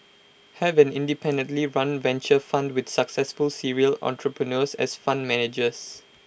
have an independently run venture fund with successful serial entrepreneurs as fund managers